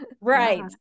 Right